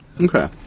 Okay